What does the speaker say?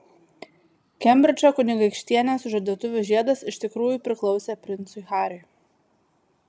kembridžo kunigaikštienės sužadėtuvių žiedas iš tikrųjų priklausė princui hariui